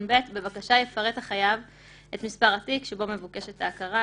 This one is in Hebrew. בבקשה יפרט החייב את מספר התיק שבו מבוקשת ההכרה,